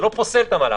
זה לא פוסל את המהלך,